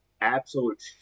absolute